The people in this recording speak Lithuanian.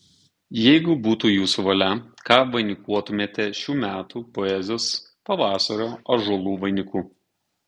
jeigu būtų jūsų valia ką vainikuotumėte šių metų poezijos pavasario ąžuolų vainiku